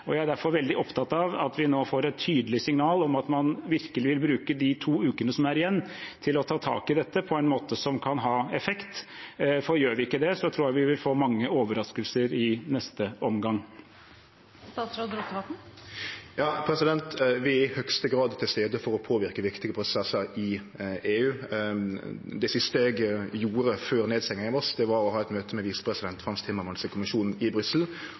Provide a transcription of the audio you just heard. Jeg er derfor veldig opptatt av at vi nå får et tydelig signal om at man virkelig bruker de to ukene som er igjen, til å ta tak i dette på en måte som kan ha effekt. Gjør vi ikke det, tror jeg vi vil få mange overraskelser i neste omgang. Vi er i høgste grad til stades for å påverke viktige prosessar i EU. Det siste eg gjorde før nedstenginga i mars, var å ha eit møte med visepresident i EU-kommisjon i Brussel, Frans Timmermans,